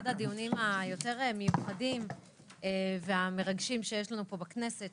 הדיונים היותר מיוחדים והמרגשים שיש לנו פה בכנסת,